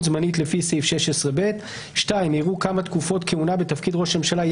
זמנית לפי סעיף 16(ב); (2) יראו כמה תקופות כהונה בתפקיד ראש הממשלה,